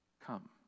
come